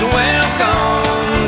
welcome